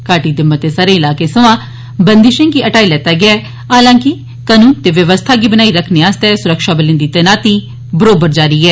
घाटी दे मते सारे इलाके सवां बंदिशे गी हटाई लैता गेआ ऐ हालांकि कनून ते व्यवस्था गी बनाई रक्खने आस्तै सुरक्षाबलें दी तैनाती बरौबर जारी ऐ